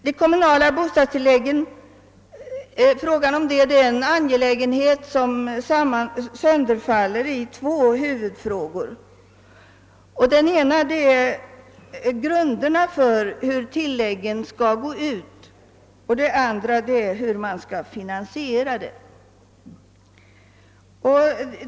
De kommunala bostadstilläggen är en angelägenhet som sönderfaller i två huvudfrågor, den ena om grunderna för bestämning av tilläggen och den andra om deras finansiering.